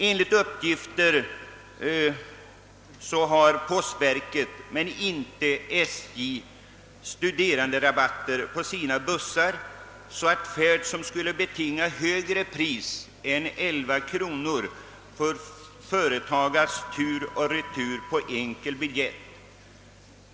Enligt uppgifter har postverket, men inte SJ, studeranderabatter på sina bussar, så att färder som skulle betinga högre pris än 11 kronor får företagas tur och retur till priset för en enkel biljett.